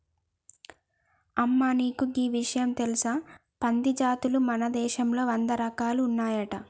అమ్మ నీకు గీ ఇషయం తెలుసా పంది జాతులు మన దేశంలో వంద రకాలు ఉన్నాయంట